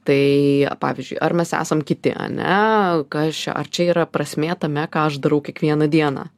tai pavyzdžiui ar mes esam kiti ane kas čia ar čia yra prasmė tame ką aš darau kiekvieną dieną